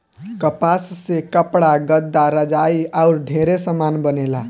कपास से कपड़ा, गद्दा, रजाई आउर ढेरे समान बनेला